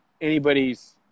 anybody's